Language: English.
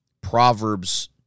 Proverbs